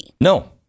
No